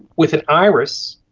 with an iris,